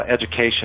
education